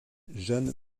jeanne